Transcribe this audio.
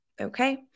okay